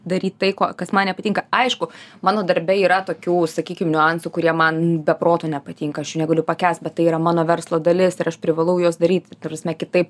daryt tai ko kas man nepatinka aišku mano darbe yra tokių sakykim niuansų kurie man be proto nepatinka aš jų negaliu pakęst bet tai yra mano verslo dalis ir aš privalau juos daryti ta prasme kitaip